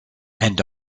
and